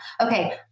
Okay